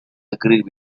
agreed